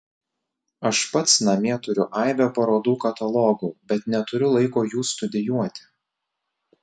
aš pats namie turiu aibę parodų katalogų bet neturiu laiko jų studijuoti